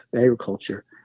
agriculture